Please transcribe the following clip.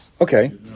Okay